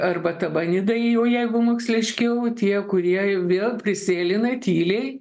arba tabanidai jau jeigu moksliškiau tie kurie vėl prisėlina tyliai